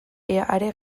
gehiago